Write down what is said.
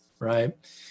right